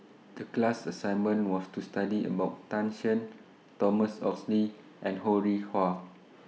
The class assignment was to study about Tan Shen Thomas Oxley and Ho Rih Hwa